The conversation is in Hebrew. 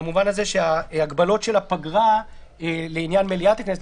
במובן הזה שההגבלות של הפגרה לעניין מליאת הכנסת,